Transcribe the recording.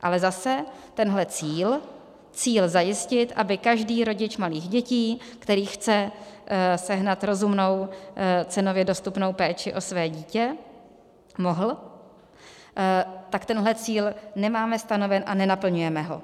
Ale zase, tenhle cíl, cíl zajistit, aby každý rodič malých dětí, který chce sehnat rozumnou, cenově dostupnou péči o své dítě, mohl, tak tenhle cíl nemáme stanoven a nenaplňujeme ho.